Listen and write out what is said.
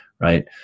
right